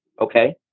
Okay